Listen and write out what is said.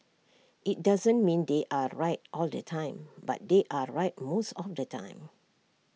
IT doesn't mean they are right all the time but they are right most of the time